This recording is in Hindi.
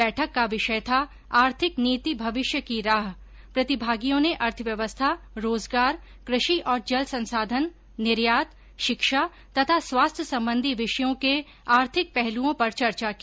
बैठक का विषय था आर्थिक नीति भविष्य की राह प्रतिभागियों ने अर्थव्यवस्था रोजगार कृषि और जल संसाधन निर्यात शिक्षा तथा स्वास्थ्य संबंधी विषयों के आर्थिक पहलूओं पर चर्चा की